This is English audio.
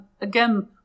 again